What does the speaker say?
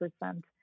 percent